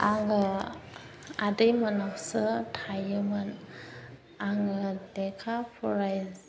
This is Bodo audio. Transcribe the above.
आङो आदैमोननावसो थायोमोन आङो लेखा फराय